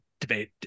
debate